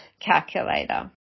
calculator